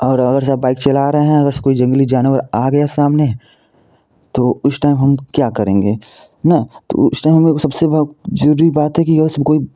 और अगर से आप बाइक चला रहे हैं अगर कोई जंगली जानवर आ गया सामने तो उस टाइम हम क्या करेंगे न तो उस टाइम सबसे ज़रूरी बात है की कोई